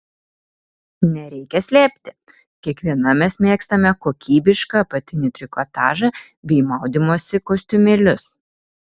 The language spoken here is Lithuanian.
nereikia slėpti kiekviena mes mėgstame kokybišką apatinį trikotažą bei maudymosi kostiumėlius